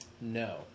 no